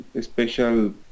special